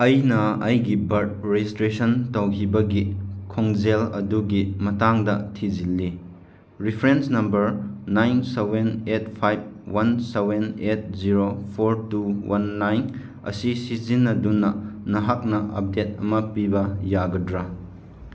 ꯑꯩꯅ ꯑꯩꯒꯤ birth registration ꯇꯧꯈꯤꯕꯒꯤ ꯈꯣꯡꯖꯦꯜ ꯑꯗꯨꯒꯤ ꯃꯇꯥꯡꯗ ꯊꯤꯖꯤꯜꯂꯤ reference number nine seven eight five one seven eight zero four two one nine ꯑꯁꯤ ꯁꯤꯖꯤꯟꯅꯗꯨꯅ ꯅꯍꯥꯛ ꯑꯞꯗꯦꯠ ꯑꯃ ꯄꯤꯕ ꯌꯥꯒꯗ꯭ꯔꯥ